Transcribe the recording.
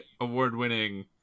award-winning